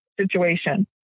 situation